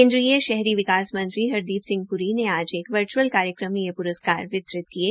केन्द्रीय शहरी विकास मंत्री हरदीप प्री ने आज वर्च्अल कार्यक्रम में यह प्रस्कार वितरित किये